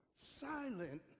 Silent